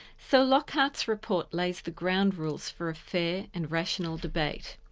so lockhart's report lays the ground rules for a fair and rational debate.